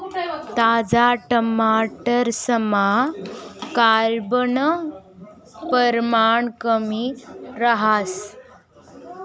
ताजा टमाटरसमा कार्ब नं परमाण कमी रहास